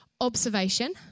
Observation